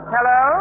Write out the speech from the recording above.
Hello